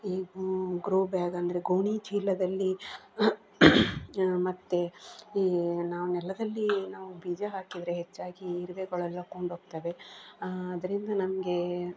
ಈ ಗೂ ಗ್ರೋಬ್ಯಾಗ್ ಅಂದರೆ ಗೋಣಿಚೀಲದಲ್ಲಿ ಮತ್ತು ಈ ನಾವು ನೆಲದಲ್ಲಿ ನಾವು ಬೀಜ ಹಾಕಿದರೆ ಹೆಚ್ಚಾಗಿ ಇರುವೆಗಳೆಲ್ಲ ಕೊಂಡೋಗ್ತವೆ ಅದರಿಂದ ನಮಗೆ